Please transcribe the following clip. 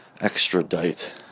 extradite